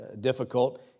difficult